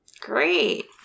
Great